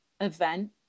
event